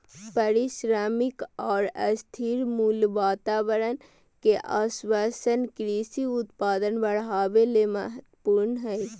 पारिश्रमिक आर स्थिर मूल्य वातावरण के आश्वाशन कृषि उत्पादन बढ़ावे ले महत्वपूर्ण हई